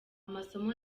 amasomo